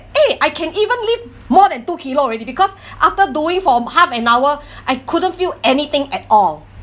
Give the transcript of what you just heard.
eh I can even lift more than two kilo already because after doing for half an hour I couldn't feel anything at all